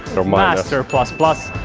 master plus plus!